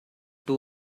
two